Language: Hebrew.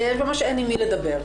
שאין עם מי לדבר,